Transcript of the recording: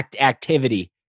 activity